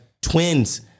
twins